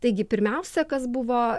taigi pirmiausia kas buvo